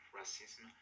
racism